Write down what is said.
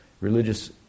religious